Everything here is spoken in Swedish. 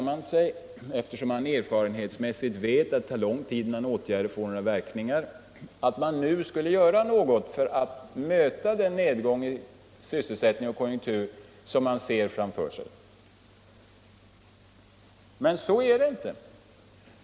Men om man erfarenhetsmässigt vet att det tar lång tid innan åtgärderna får några verkningar borde det väl göras något nu för att möta den nedgång i sysselsättning och konjunktur som man ser framför sig! Så är det emellertid inte.